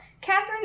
Catherine